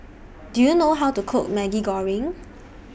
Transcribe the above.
Do YOU know How to Cook Maggi Goreng